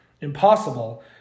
impossible